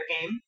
game